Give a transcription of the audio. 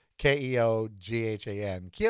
K-E-O-G-H-A-N